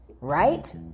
right